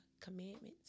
commandments